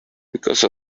because